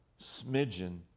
smidgen